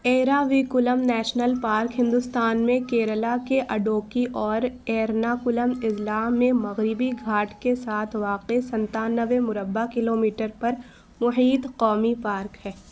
Eravikulam national park Hindustan میں کیرالا کے اڈوکی اور ایرناکولم اضلاع میں مغربی گھاٹ کے ساتھ واقع سنتانوے مربع کلو میٹر پر محیط قومی پارک ہے